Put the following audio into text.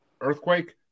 Earthquake